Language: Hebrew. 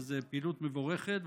וזה פעילות מבורכת,